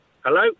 Hello